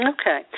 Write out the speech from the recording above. Okay